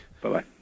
Bye-bye